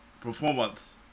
performance